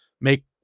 make